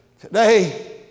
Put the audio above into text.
Today